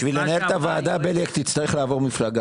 בשביל לנהל את הוועדה, בליאק, תצטרך לעבור מפלגה.